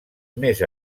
més